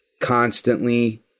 constantly